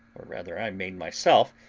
or rather i made myself,